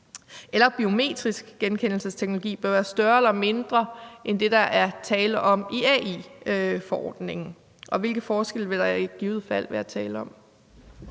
biometrisk genkendelsesteknologi bør være større eller mindre end det, der er tale om i AI-forordningen, og hvilke forskelle vil der i givet fald være tale om?